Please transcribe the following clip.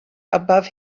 above